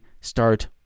start